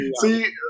See